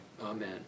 Amen